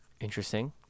Interesting